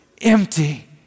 empty